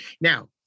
now